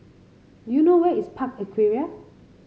do you know where is Park Aquaria